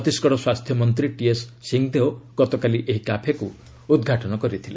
ଛତିଶଗଡ଼ ସ୍ୱାସ୍ଥ୍ୟ ମନ୍ତ୍ରୀ ଟିଏସ୍ ସିଂହଦେଓ ଗତକାଲି ଏହି କାଫେକ୍ ଉଦ୍ଘାଟନ କରିଛନ୍ତି